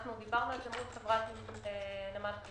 דיברנו עם נמל חיפה.